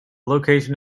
location